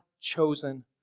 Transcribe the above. chosen